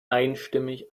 einstimmig